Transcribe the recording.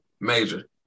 major